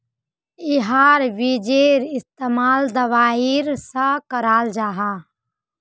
याहार बिजेर इस्तेमाल दवाईर सा कराल जाहा